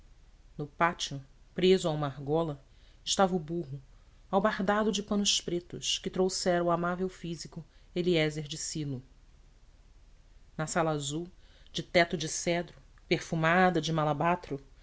no pátio preso a uma argola estava o burro albardado de panos pretos que trouxera o amável físico eliézer de silo na sala azul de teto de cedro perfumada de malobatro